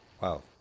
wow